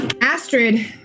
Astrid